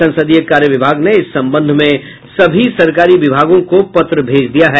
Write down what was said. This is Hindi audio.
संसदीय कार्य विभाग ने इस संबंध में सभी सरकारी विभागों को पत्र भेज दिया है